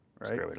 right